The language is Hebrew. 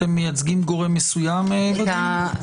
אתם מייצגים גורם מסוים בדיון?